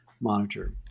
monitor